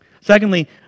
Secondly